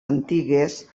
antigues